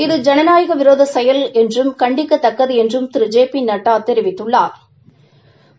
இது ஜனநாயக விரோத செயல் கண்டிக்கத்தக்கது என்றும் திரு ஜெ பி நட்டா தெரிவித்துள்ளாா்